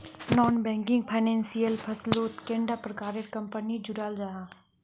Non banking financial फसलोत कैडा प्रकारेर कंपनी जुराल जाहा?